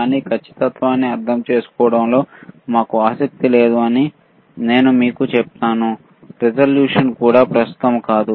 కానీ ఖచ్చితత్వాన్ని అర్థం చేసుకోవడంలో మాకు ఆసక్తి లేదని నేను మీకు చెప్తాను రిజల్యూషన్ కూడా ప్రస్తుతం కాదు